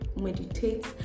meditate